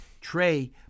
Trey